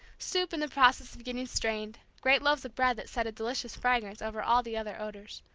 soup in the process of getting strained, great loaves of bread that sent a delicious fragrance over all the other odors.